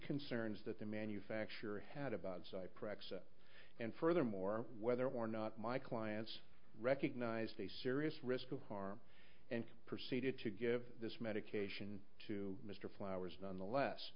concerns that the manufacturer had about zyprexa and furthermore whether or not my clients recognized a serious risk of harm and proceeded to give this medication to mr flowers nonetheless